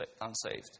unsaved